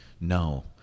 No